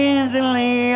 Easily